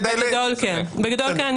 בגדול כן,